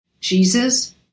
Jesus